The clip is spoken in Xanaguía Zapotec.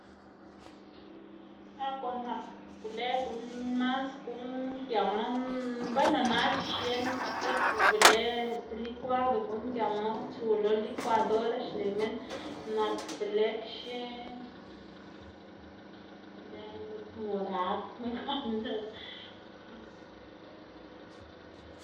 ah guꞌn nak be lë guꞌn mas guꞌn giama bueno nac̲h̲e xien be lë likwado guꞌn giama tsu lo likwadora xneꞌ minn nak belëkxe be lë ngud morad knu ganlá.